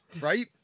Right